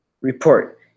report